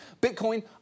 Bitcoin